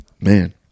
Man